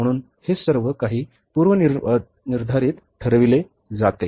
म्हणून हे सर्व काही पूर्वनिर्धारित ठरविले जाते